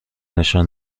نشان